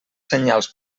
senyals